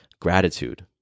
gratitude